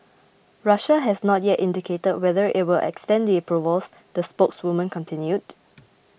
Russia has not yet indicated whether it will extend the approvals the spokeswoman continued